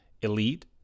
Elite